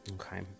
Okay